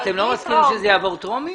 אתם לא מסכימים שהצעת החוק תעבור טרומית?